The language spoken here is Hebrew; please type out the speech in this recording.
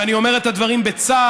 ואני אומר את הדברים בצער,